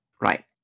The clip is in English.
Right